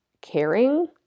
caring